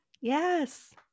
Yes